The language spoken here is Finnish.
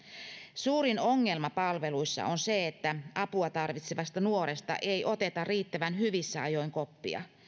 suurin ongelma palveluissa on se että apua tarvitsevasta nuoresta ei oteta riittävän hyvissä ajoin koppia